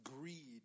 greed